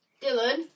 Dylan